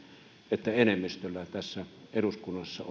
että enemmistöllä tässä eduskunnassa